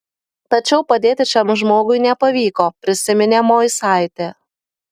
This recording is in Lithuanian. tačiau padėti šiam žmogui nepavyko prisiminė moisaitė